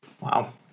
Wow